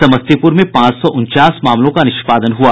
समस्तीपुर में पांच सौ उनचास मामलों का निष्पादन किया गया